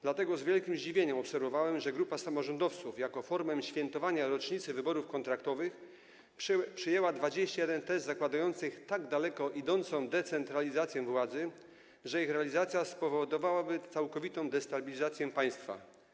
Dlatego z wielkim zdziwieniem obserwowałem, że grupa samorządowców jako formę świętowania rocznicy wyborów kontraktowych przyjęła 21 tez zakładających tak daleko idącą decentralizację władzy, że ich realizacja spowodowałaby całkowitą destabilizację państwa.